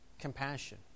compassion